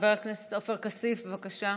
חבר הכנסת עופר כסיף, בבקשה.